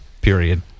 period